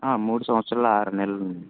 ఆ మూడు సంవత్సరలు ఆరు నెలలుంది